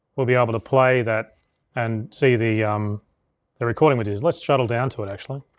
we'll be able to play that and see the um the recording it is. let's shuttle down to it actually.